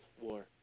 war